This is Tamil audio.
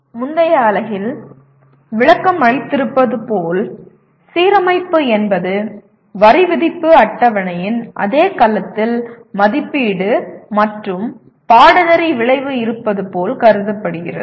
முந்தைய அலகில் விளக்கமளித்திருப்பது போல் சீரமைப்பு என்பது வரிவிதிப்பு அட்டவணையின் அதே கலத்தில் மதிப்பீடு மற்றும் பாடநெறி விளைவு இருப்பது போல் கருதப்படுகிறது